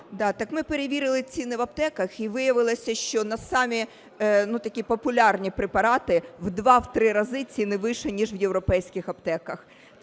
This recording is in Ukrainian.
так ми перевірили ціни в аптеках, і виявилося, що на самі такі популярні препарати в два-три рази ціни вище ніж в європейських аптеках.